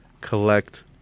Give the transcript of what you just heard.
collect